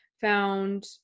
Found